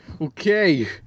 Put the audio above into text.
Okay